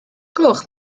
gloch